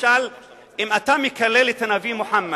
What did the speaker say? למשל אם אתה מקלל את הנביא מוחמד,